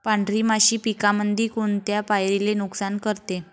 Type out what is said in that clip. पांढरी माशी पिकामंदी कोनत्या पायरीले नुकसान करते?